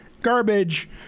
garbage